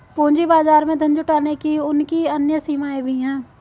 पूंजी बाजार में धन जुटाने की उनकी अन्य सीमाएँ भी हैं